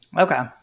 Okay